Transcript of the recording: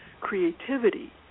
creativity